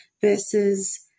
versus